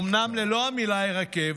אומנם ללא המילה "ירקב",